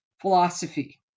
philosophy